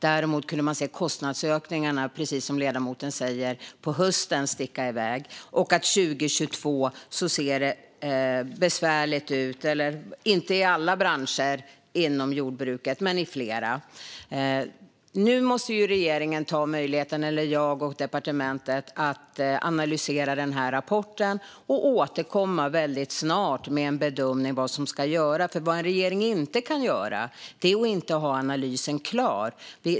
Däremot kunde man se att kostnadsökningarna, precis som ledamoten säger, stack iväg på hösten och att det ser besvärligt ut 2022. Det gäller inte alla branscher inom jordbruket, men flera. Nu måste regeringen, jag och departementet, ta möjligheten att analysera rapporten och återkomma väldigt snart med en bedömning av vad som ska göras. Vad en regering inte kan göra är att ha analysen klar i förväg.